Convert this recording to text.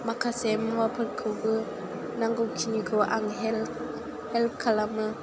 माखासे मुवाफोरखौबो नांगौ खिनिखौ आं हेल्प हेल्प खालामो